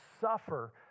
suffer